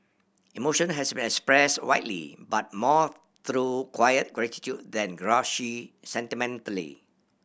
emotion has expressed widely but more through quiet gratitude than gushy sentimentality